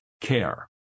care